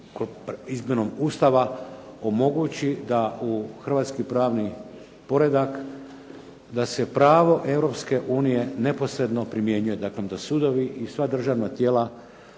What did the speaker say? izmjenom Ustava omogući da u hrvatski pravni poredak da se pravo Europske unije neposredno primjenjuje. Dakle, da sudovi i sva državna tijela